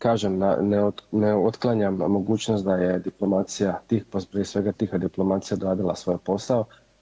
Kažem, ne otklanjam mogućnost da je diplomacija, prije svega tiha diplomacija odradila svoj posao.